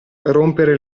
rompere